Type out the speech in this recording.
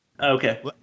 Okay